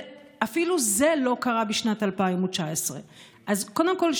ואפילו זה לא קרה בשנת 2019. אז קודם כול,